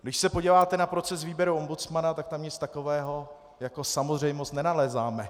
Když se podíváte na proces výběru ombudsmana, tak tam nic takového jako samozřejmost nenalézáme.